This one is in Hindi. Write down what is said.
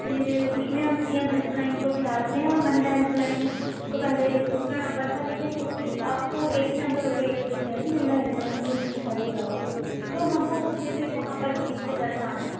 फ़िर उसमें हम सी एम हेल्पलाइन को भी डालते हैं और महिला हेल्पलाइन तो पहले दूसरा नंबर था लेकिन उसी अब तो एक ही नंबर हो गया है एक सौ इक्यासी महिला हेल्पलाइन भी उसी के साथ जुड़ा हुआ है तो हमको उसे भी वहाँ पर नीचे दर्शाना है